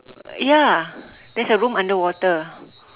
ya there's a room underwater